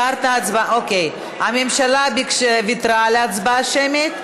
אוקיי, הממשלה ויתרה על הצבעה שמית.